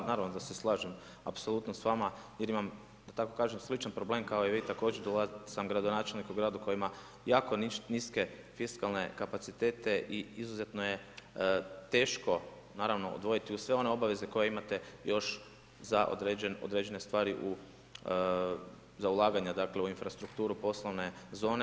Pa naravno da se slažem apsolutno s vama, jer imam, da tako kažem, sličan problem, kao i vi, također sam gradonačelnik koji ima jako niske fiskalne kapacitete i izuzetno je teško, naravno izdvojiti uz sve one obaveze koje imate još određene stvari za ulaganje dakle, u infrastrukturu poslovne zone.